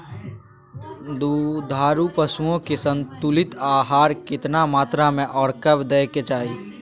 दुधारू पशुओं के संतुलित आहार केतना मात्रा में आर कब दैय के चाही?